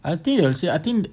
I think they will say I think